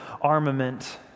armament